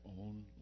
own